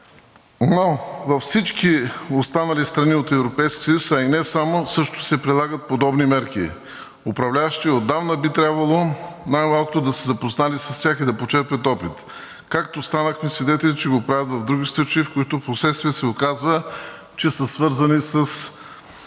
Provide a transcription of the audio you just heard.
но във всички останали страни от Европейския съюз, а и не само, също се прилагат подобни мерки. Управляващите отдавна би трябвало най-малко да са се запознали с тях и да почерпят опит, както станахме свидетели, че го правят в други случаи, в които впоследствие се оказва, че са свързани даже